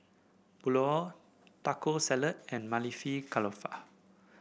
Pulao Taco Salad and Maili Kofta